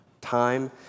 time